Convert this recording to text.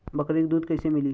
बकरी क दूध कईसे मिली?